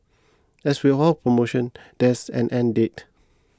as with all promotions there is an end date